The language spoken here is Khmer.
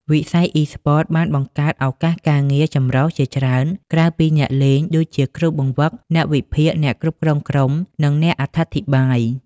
វិស័យអុីស្ព័ត បានបង្កើត ឱកាសការងារចម្រុះ ជាច្រើន ក្រៅពីអ្នកលេង ដូចជាគ្រូបង្វឹក អ្នកវិភាគ អ្នកគ្រប់គ្រងក្រុម និងអ្នកអត្ថាធិប្បាយ។